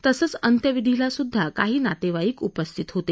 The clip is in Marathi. तसेच अंत्यविधीला सुध्दा काही नातेवाईक उपस्थित होते